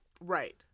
Right